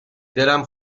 دلم